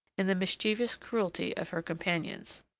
in the mischievous cruelty of her companions.